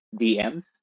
DMs